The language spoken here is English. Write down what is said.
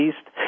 East